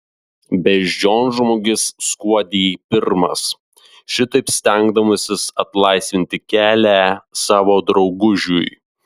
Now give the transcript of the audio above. beždžionžmogis skuodė pirmas šitaip stengdamasis atlaisvinti kelią savo draugužiui